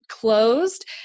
closed